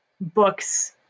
books